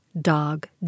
dog